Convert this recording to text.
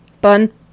Bun